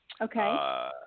Okay